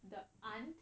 the aunt